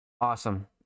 Awesome